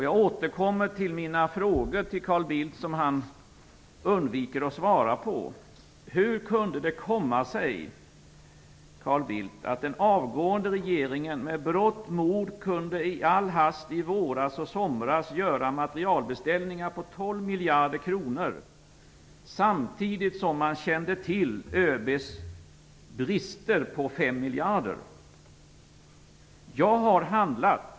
Jag återkommer till mina frågor till Carl Bildt som han undviker att svara på: Hur kunde det komma sig, Carl Bildt, att den avgående regeringen kunde med berått mod i all hast i våras och somras göra materielbeställningar på tolv miljarder kronor, samtidigt som man kände till ÖB:s påtalade brister på fem miljarder? Jag har handlat.